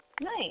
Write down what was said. Nice